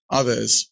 others